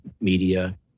Media